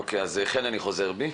אם כן, חן, אני חוזר בי.